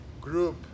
group